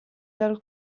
dal